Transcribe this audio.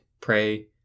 pray